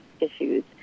issues